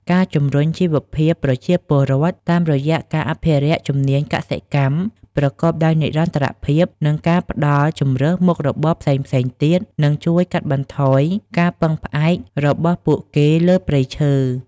ការជំរុញជីវភាពប្រជាពលរដ្ឋ តាមរយៈការអភិវឌ្ឍជំនាញកសិកម្មប្រកបដោយនិរន្តរភាព និងការផ្តល់ជម្រើសមុខរបរផ្សេងៗទៀត នឹងជួយកាត់បន្ថយការពឹងផ្អែករបស់ពួកគេលើព្រៃឈើ។